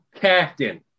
captain